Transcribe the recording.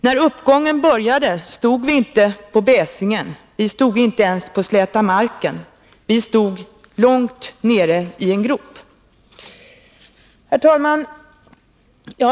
När uppgången började stod vi inte på bäsingen, vi stod inte ens på släta marken, vi stod långt nere i en grop.” Herr talman!